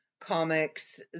comics